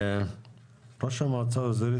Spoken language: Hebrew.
נעבור לרשות הטבע והגנים.